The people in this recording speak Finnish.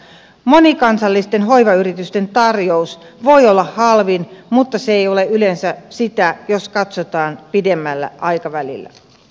monikansallisten hoivayritysten tarjous voi olla halvin mutta se ei ole yleensä sitä jos katsotaan pidemmällä aikavälillä